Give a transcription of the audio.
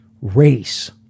race